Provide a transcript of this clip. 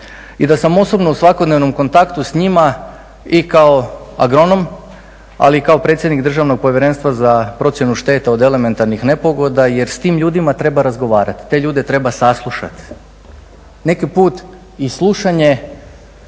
i da sam osobno u svakodnevnom kontaktu s njima i kao agronom, ali i kao predsjednik Državnog povjerenstva za procjenu šteta od elementarnih nepogoda jer s tim ljudima treba razgovarati, te ljude treba saslušati. Neki put i slušanje